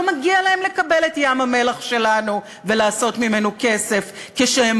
לא מגיע להם לקבל את ים-המלח שלנו ולעשות ממנו כסף כשהם